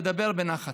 לדבר בנחת.